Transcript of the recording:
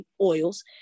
oils